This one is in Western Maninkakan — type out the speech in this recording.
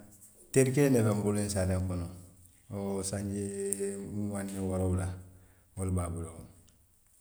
Teeri kiliŋ ne be n bulu ñiŋ saatee kono, wo sanji muwaŋ niŋ woorowula27, wo le be a bulu